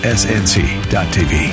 snc.tv